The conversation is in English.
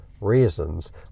reasons